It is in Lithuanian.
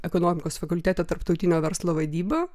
ekonomikos fakulteto tarptautinio verslo vadybą